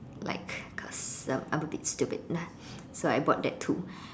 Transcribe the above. like cause I'm a bit stupid so I bought that too